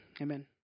Amen